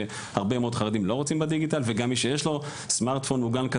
והרבה מאוד חרדים לא רוצים בדיגיטל וגם מי שיש לו סמארט פון מוגן,